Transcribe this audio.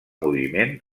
moviment